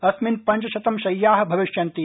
अस्मिन् पञ्चशतं शय्याः भविष्यन्ति